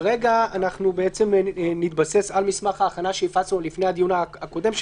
כרגע נתבסס על מסמך ההכנה שהפצנו לפני הדיון הקודם,